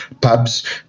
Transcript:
pubs